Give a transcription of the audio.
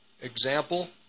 Example